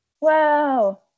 Wow